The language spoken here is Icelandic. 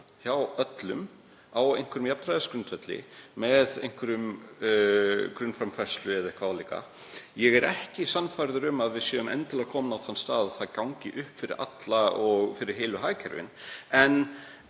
hjá öllum á jafnræðisgrundvelli með einhverri grunnframfærslu eða einhverju álíka. Ég er ekki sannfærður um að við séum endilega komin á þann stað að það gangi upp fyrir alla og fyrir heilu hagkerfin.